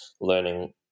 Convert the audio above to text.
learning